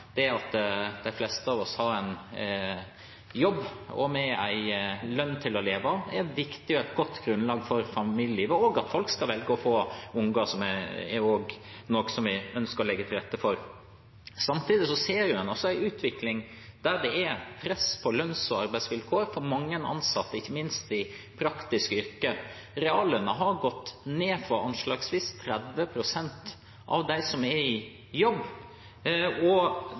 stillinger, at de fleste av oss har en jobb med en lønn til å leve av, er viktig og et godt grunnlag for familielivet og for at folk skal velge å få unger, som også er noe vi ønsker å legge til rette for. Samtidig ser vi en utvikling der det er press på lønns- og arbeidsvilkår for mange ansatte, ikke minst i praktiske yrker. Reallønnen har gått ned for anslagsvis 30 pst. av dem som er i jobb.